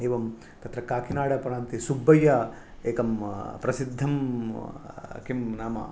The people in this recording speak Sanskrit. एवं तत्र काकिनाडप्रान्ते सुब्बय्य एकं प्रसिद्धं किं नाम